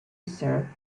sir